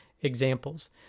examples